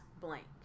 blank